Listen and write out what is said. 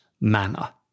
manner